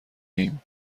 ایم